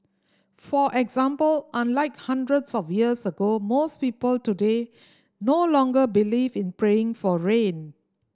for example unlike hundreds of years ago most people today no longer believe in praying for rain